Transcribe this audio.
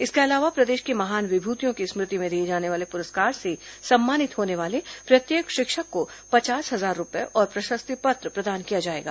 इसके अलावा प्रदेश की महान विभूतियों की स्मृति में दिए जाने वाले पुरस्कार से सम्मानित होने वाले प्रत्येक शिक्षक को पचास हजार रूपए और प्रशस्ति पत्र प्रदान किया जाएगा